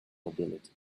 nobility